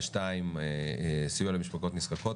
ושתיים, סיוע למשפחות נזקקות.